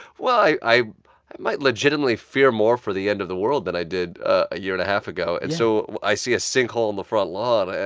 well, i i might legitimately fear more for the end of the world than i did a year and a half ago yeah and so i see a sinkhole in the front lawn, and.